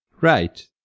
Right